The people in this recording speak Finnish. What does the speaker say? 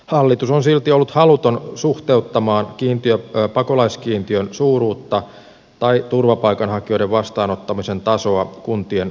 hallitus on silti ollut haluton suhteuttamaan pakolaiskiintiön suuruutta tai turvapaikanhakijoiden vastaanottamisen tasoa kuntien kotouttamisvalmiuksiin nähden